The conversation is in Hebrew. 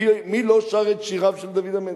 מי לא שר את שיריו של דוד המלך?